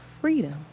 freedom